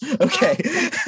Okay